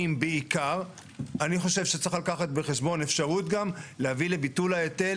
עדיין יש להם עלויות על אותה עלות של יצירת הדיווח,